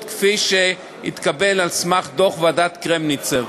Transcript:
כפי שהתקבלה על סמך דוח ועדת קרמניצר.